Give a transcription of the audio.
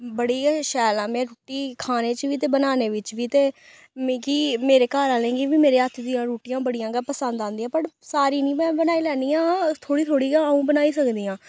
बड़ी गै शैल आं में रुट्टी खाने च बी ते बनाने बिच्च बी ते मिगी मेरे घर आहलें गी बी मेरे हत्थ दियां रुट्टियां बड़ियां गै पसंद औंदियां बट पर सारी निं में बनाई लैन्नी आं बस थोह्ड़ी थोह्ड़ी गै अ'ऊं बनाई सकदी आं